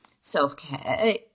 self-care